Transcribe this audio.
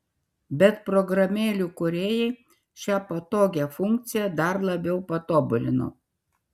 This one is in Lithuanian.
bet programėlių kūrėjai šią patogią funkciją dar labiau patobulino